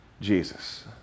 Jesus